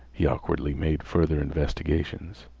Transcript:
he awkwardly made further investigations.